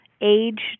age